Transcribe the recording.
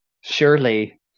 Surely